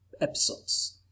episodes